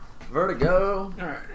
vertigo